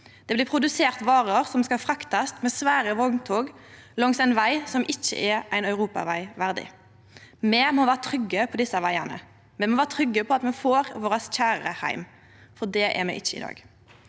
Det blir produsert varer som skal fraktast med svære vogntog langs ein veg som ikkje er ein europaveg verdig. Me må vere trygge på desse vegane. Me må vere trygge på at me får våre kjære heim. Det er me ikkje i dag.